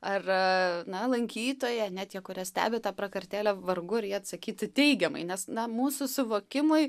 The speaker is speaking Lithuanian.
ar na lankytoja ane tie kurie stebi tą prakartėlę vargu ar jie atsakytų teigiamai nes na mūsų suvokimui